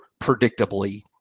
predictably